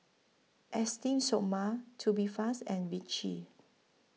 Esteem Stoma Tubifast and Vichy